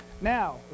Now